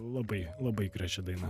labai labai graži daina